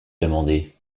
demander